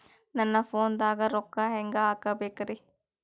ನನ್ನ ಫೋನ್ ನಾಗ ರೊಕ್ಕ ಹೆಂಗ ಹಾಕ ಬೇಕ್ರಿ?